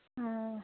অঁ